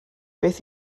beth